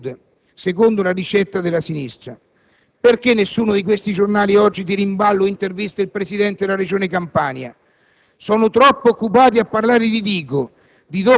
Era il grande modello per lo sviluppo del Sud, secondo la ricetta della sinistra. Perché nessuno di questi giornali oggi tira in ballo e intervista il presidente della Regione Campania?